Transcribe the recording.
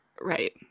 Right